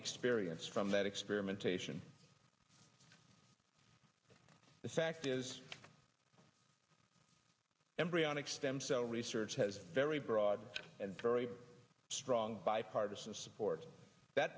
experience from that experimentation the fact is embryonic stem cell research has a very broad and very strong bipartisan support that